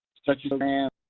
such program.